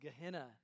Gehenna